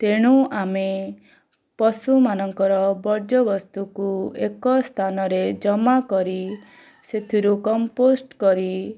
ତେଣୁ ଆମେ ପଶୁମାନଙ୍କର ବର୍ଜ୍ୟବସ୍ତୁକୁ ଏକ ସ୍ଥାନରେ ଜମାକରି ସେଥିରୁ କମ୍ପୋଷ୍ଟ୍ କରି